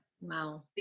Wow